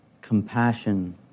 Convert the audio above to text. compassion